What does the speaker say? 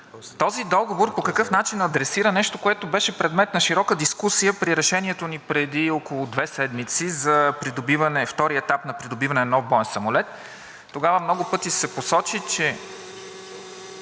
този договор по какъв начин адресира нещо, което беше предмет на широка дискусия при решението ни преди около две седмици – за втория етап на придобиване на нов боен самолет. Тогава многократно се посочиха